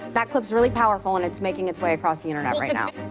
that clip's really powerful and it's making its way across the internet right now.